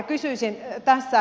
kysyisin tässä